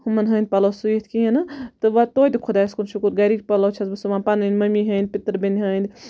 ہُمَن ہٕنٛدۍ پَلو سُوِتھ کِہیٖنۍ نہٕ تہٕ وۄنۍ تویتہِ خۄدایَس کُن شُکُر گَرٕکۍ پَلَو چھَس بہٕ سُوان پَننۍ ممی ہٕنٛدۍ پِتِر بیٚنہِ ہٕنٛدۍ